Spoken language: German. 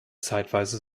zeitweise